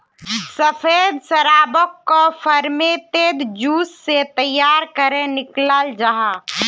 सफ़ेद शराबोक को फेर्मेंतेद जूस से तैयार करेह निक्लाल जाहा